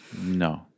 No